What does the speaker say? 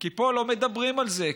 כי פה לא מדברים על זה,